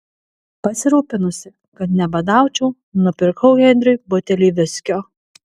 pasirūpinusi kad nebadaučiau nupirkau henriui butelį viskio